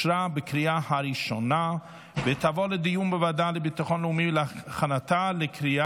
לוועדה לביטחון לאומי נתקבלה.